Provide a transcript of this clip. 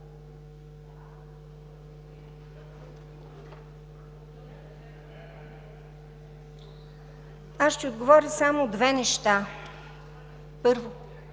Аз ще отговоря само две неща. Първо,